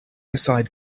aside